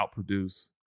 outproduce